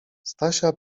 stasia